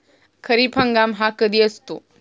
खरीप हंगाम हा कधी असतो?